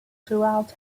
throughout